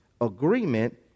agreement